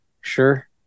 sure